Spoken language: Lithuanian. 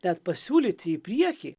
net pasiūlyti į priekį